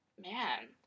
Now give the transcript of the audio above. man